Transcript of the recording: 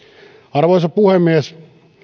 arvoisa puhemies